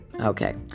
Okay